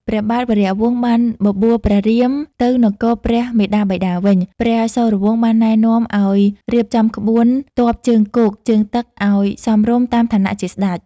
ព្រះបាទវរវង្សបានបបួលព្រះរៀមទៅនគរព្រះមាតាបិតាវិញ។ ព្រះសូរវង្សបានណែនាំឱ្យរៀបចំក្បួនទ័ពជើងគោកជើងទឹកឱ្យសមរម្យតាមឋានៈជាស្ដេច។